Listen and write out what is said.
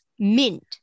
Mint